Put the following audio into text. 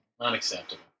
Unacceptable